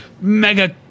mega